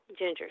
gingers